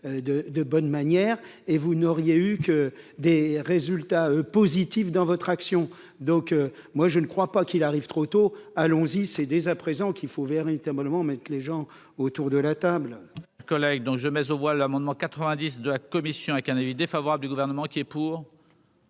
de bonnes manières et vous n'auriez eu que des résultats positifs dans votre action, donc moi je ne crois pas qu'il arrive trop tôt, allons-y, c'est dès à présent qu'il faut, vers l'unité abonnement mettent les gens autour de la table.